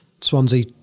Swansea